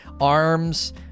arms